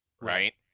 right